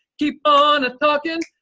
keep on a talking,